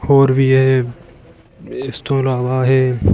ਹੋਰ ਵੀ ਇਹ ਇਸ ਤੋਂ ਇਲਾਵਾ ਇਹ